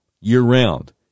year-round